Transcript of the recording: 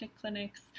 clinics